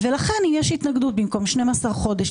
זה העקרון ועל זה מבוסס החוק.